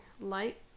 light